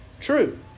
true